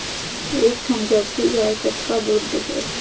एक ठन जरसी गाय कतका दूध देहेल?